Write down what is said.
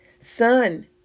Son